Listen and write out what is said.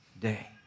day